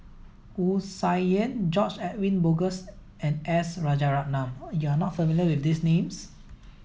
Wu Tsai Yen George Edwin Bogaars and S Rajaratnam you are not familiar with these names